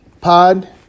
pod